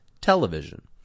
television